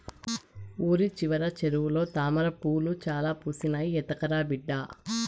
ఊరి చివర చెరువులో తామ్రపూలు చాలా పూసినాయి, ఎత్తకరా బిడ్డా